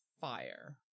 fire